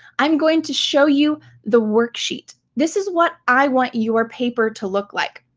i'm going to show you the worksheet. this is what i want your paper to look like.